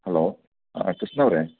hello ಹಾಂ ಕೃಷ್ಣ ಅವರೆ